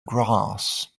grass